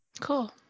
Cool